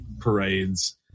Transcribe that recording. parades